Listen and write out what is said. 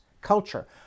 culture